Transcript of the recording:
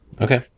Okay